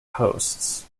hosts